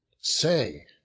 say